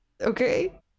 Okay